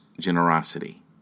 generosity